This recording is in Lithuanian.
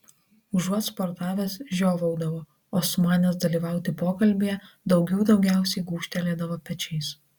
užuot sportavęs žiovaudavo o sumanęs dalyvauti pokalbyje daugių daugiausiai gūžtelėdavo pečiais